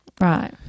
Right